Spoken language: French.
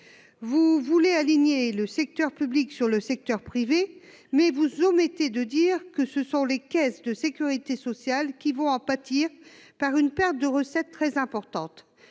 vouloir aligner le secteur public sur le secteur privé, mais vous omettez de dire que ce sont les caisses de sécurité sociale qui vont en pâtir. Il s'agit d'une perte de recettes très importante.